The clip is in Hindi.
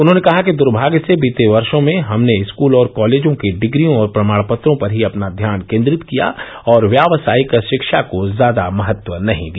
उन्होंने कहा कि दुर्भाग्य से बीते वर्षो में हमने स्कूल और कॉलेजों की डिप्रियों और प्रमाण पत्रों पर ही अपना ध्यान केन्द्रित किया और व्यावसायिक शिक्षा को ज्यादा महत्व नहीं दिया